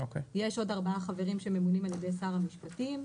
יש עוד ארבעה חברים שממונים על ידי שר המשפטים,